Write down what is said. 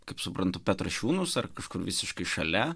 kaip suprantu petrašiūnus ar kažkur visiškai šalia